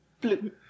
blue